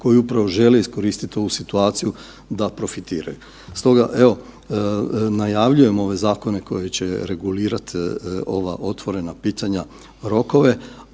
koji upravo žele iskoristiti ovu situaciju da profitiraju. Stoga evo najavljujem ove zakone koji će regulirati ova otvorena pitanja rokove,